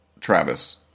Travis